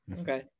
okay